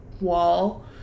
wall